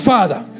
Father